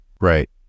Right